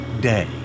day